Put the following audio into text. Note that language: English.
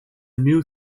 new